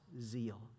zeal